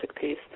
piece